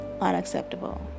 unacceptable